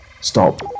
Stop